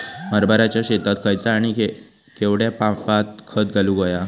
हरभराच्या शेतात खयचा आणि केवढया मापात खत घालुक व्हया?